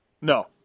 No